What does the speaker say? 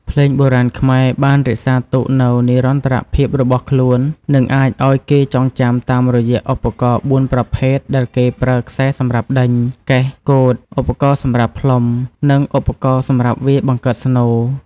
ភ្លេងបុរាណខ្មែរបានរក្សាទុកនៅនិរន្តរភាពរបស់ខ្លូន និងអាចអោយគេចងចាំតាមរយៈឧបករណ៏ ៤ ប្រភេទដែលគេប្រើខ្សែសំរាប់ដេញ កេះ កូត ឧបករណ៏សម្រាប់ផ្លុំ និងឧបករណ៏សម្រាប់វាយបង្កើតស្នូរ។